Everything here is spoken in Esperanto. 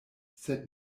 sed